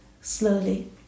slowly